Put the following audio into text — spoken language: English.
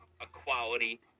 equality